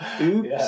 Oops